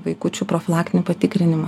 vaikučių profilaktinį patikrinimą